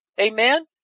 Amen